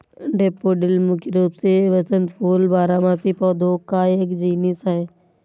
daffodil मुख्य रूप से वसंत फूल बारहमासी पौधों का एक जीनस है